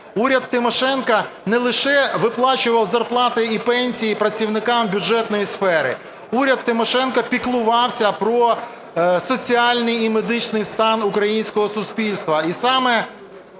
уряд Тимошенко не лише виплачував зарплати і пенсії працівникам бюджетної сфери, уряд Тимошенко піклувався про соціальний і медичний стан українського суспільства.